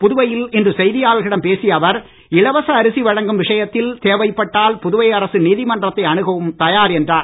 புதுவையில் இன்று செய்தியாளர்களிடம் பேசிய அவர் இலவச அரிசி வழங்கும் விஷயத்தில் தேவைப்பட்டால் புதுவை அரசு நீதிமன்றத்தை அனுகவும் தயார் என்றார்